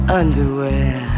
underwear